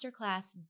masterclass